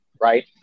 Right